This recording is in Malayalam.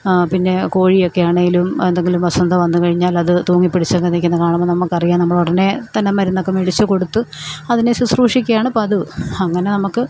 പിന്നെ കോഴിയൊക്കെയാണേലും എന്തെങ്കിലും വസന്ത വന്നു കഴിഞ്ഞാലത് തൂങ്ങിപ്പിടിച്ചങ്ങ് നിക്കുന്നത് കാണുമ്പോൾ നമുക്ക് അറിയാം നമ്മൾ ഉടനെ തന്നെ മരുന്നൊക്കെ മേടിച്ചു കൊടുത്ത് അതിനെ ശുശ്രൂഷിക്കുകയും പതിവ് അങ്ങനെ നമുക്ക്